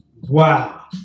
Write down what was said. Wow